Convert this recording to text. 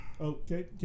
Okay